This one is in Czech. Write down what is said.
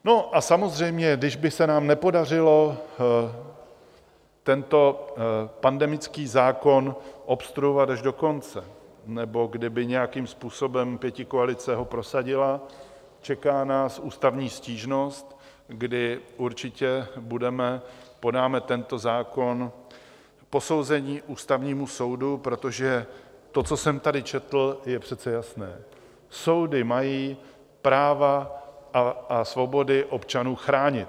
No a samozřejmě, kdyby se nám nepodařilo tento pandemický zákon obstruovat až do konce nebo kdyby nějakým způsobem pětikoalice ho prosadila, čeká nás ústavní stížnost, kdy určitě podáme tento zákon k posouzení Ústavnímu soudu, protože to, co jsem tady četl, je přece jasné: soudy mají práva a svobody občanů chránit.